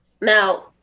Now